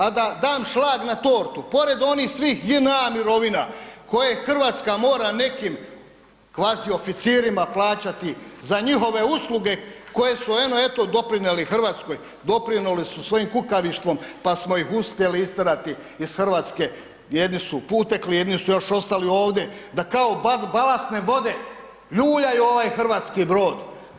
A da dam šlag na tortu pored onih svih JNA mirovina koje Hrvatska mora nekim kvazi oficirima plaćati za njihove usluge koje su eno eto doprinijeli Hrvatskoj, doprinijeli su svojim kukavištvom pa smo ih uspjeli istjerali iz Hrvatske, jedni su utekli jedni su još ostali ovdje da kao balastne vode ljuljaju ovaj hrvatski brod.